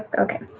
ah okay.